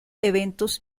eventos